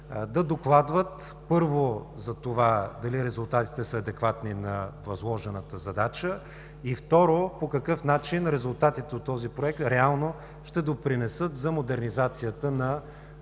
да докладват. Първо, за това дали резултатите са адекватни на възложената задача. И второ, по какъв начин резултатите от този Проект реално ще допринесат за модернизацията на